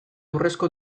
urrezko